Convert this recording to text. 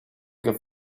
que